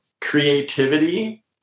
creativity